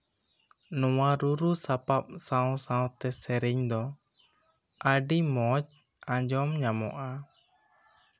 ᱱᱚᱶᱟ ᱨᱩᱨᱩ ᱥᱟᱯᱟᱵ ᱥᱟᱶᱼᱥᱟᱶ ᱛᱮ ᱥᱮᱹᱨᱮᱹᱧ ᱫᱚ ᱟᱹᱰᱤ ᱢᱚᱸᱡᱽ ᱟᱸᱡᱚᱢ ᱧᱟᱢᱚᱜᱼᱟ